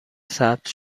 ثبت